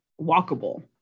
walkable